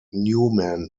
newman